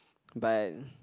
but